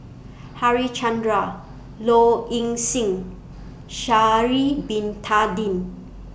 Harichandra Low Ing Sing and Sha'Ari Bin Tadin